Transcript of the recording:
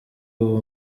ubu